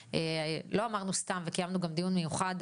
לא אמרנו סתם, וקיימנו גם דיון מיוחד.